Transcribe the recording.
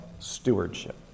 Stewardship